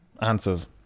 answers